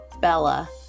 Bella